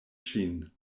ŝin